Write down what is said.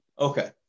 Okay